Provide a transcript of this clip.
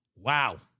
Wow